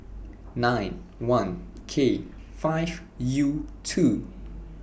nine one K five U two